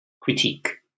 critique